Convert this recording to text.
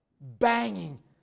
banging